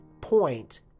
point